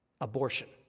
abortion